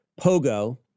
Pogo